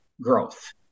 growth